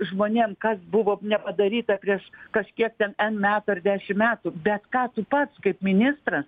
žmonėm kas buvo nepadaryta prieš kažkiek ten n metų ar dešim metų bet ką tu pats kaip ministras